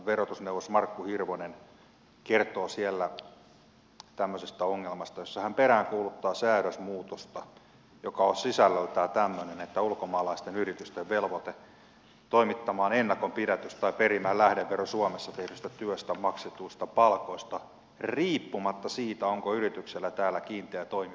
verotusneuvos markku hirvonen kertoo siellä ongelmasta jossa hän peräänkuuluttaa säädösmuutosta ja joka on sisällöltään tämmöinen että ulkomaalaiset yritykset velvoitetaan toimittamaan ennakonpidätys tai perimään lähdevero suomessa tehdystä työstä maksetuista palkoista riippumatta siitä onko yrityksellä täällä kiinteä toimipaikka